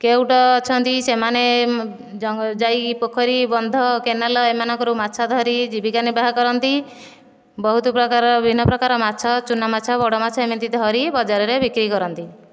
କେଉଟ ଅଛନ୍ତି ସେମାନେ ଯାଇକି ପୋଖରୀ ବନ୍ଧ କେନାଲ ଏମାନଙ୍କ ରୁ ମାଛ ଧରି ଜୀବିକା ନିର୍ବାହ କରନ୍ତି ବହୁତ ପ୍ରକାର ବିଭିନ୍ନ ପ୍ରକାର ମାଛ ଚୁନା ମାଛ ବଡ଼ ମାଛ ଏମିତି ଧରି ବଜାର ରେ ବିକ୍ରି କରନ୍ତି